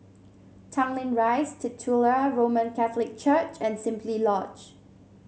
Tanglin Rise Titular Roman Catholic Church and Simply Lodge